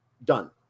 Done